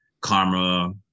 karma